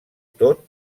tot